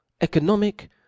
economic